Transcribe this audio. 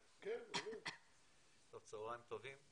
דודי אמסלם: צהריים טובים.